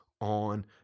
on